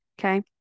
okay